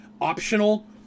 optional